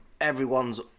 everyone's